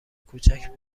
کوچک